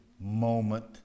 moment